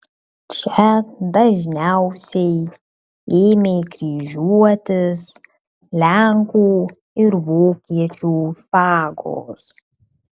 čia dažniausiai ėmė kryžiuotis lenkų ir vokiečių špagos